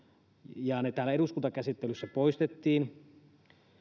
ja ne täällä eduskuntakäsittelyssä poistettiin